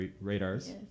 radars